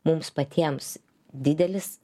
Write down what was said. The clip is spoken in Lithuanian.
mums patiems didelis